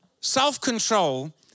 self-control